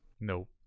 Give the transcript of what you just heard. Nope